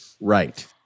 Right